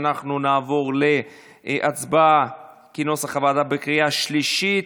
אנחנו נעבור להצבעה כנוסח הוועדה בקריאה שלישית.